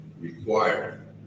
required